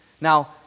Now